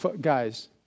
guys